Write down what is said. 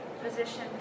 position